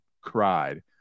cried